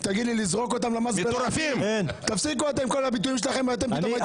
תפסיקו אתם.